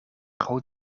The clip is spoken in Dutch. groot